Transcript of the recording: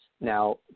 Now